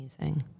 amazing